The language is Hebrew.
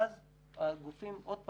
ואז הגופים, עוד פעם,